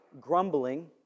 grumbling